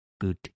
good